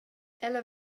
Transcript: ella